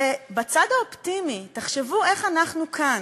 בצד האופטימי, תחשבו איך אנחנו כאן,